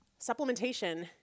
supplementation